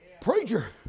Preacher